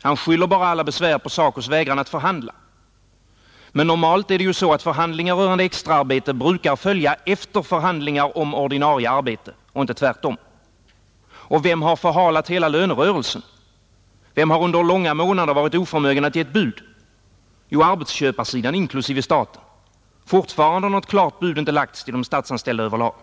Han skyller bara alla besvär på SACO:s vägran att förhandla. Men normalt är det ju så att förhandlingar rörande extraarbete brukar följa efter förhandlingar om ordinarie arbete och inte tvärtom. Och vem har förhalat hela lönerörelsen, vem har under långa månader varit oförmögen att ge ett bud? Jo, arbetsköparsidan inklusive staten. Fortfarande har något klart bud inte lagts till de statsanställda över lag.